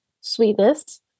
sweetness